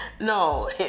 No